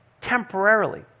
temporarily